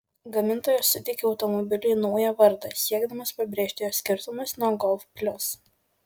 gamintojas suteikė automobiliui naują vardą siekdamas pabrėžti jo skirtumus nuo golf plius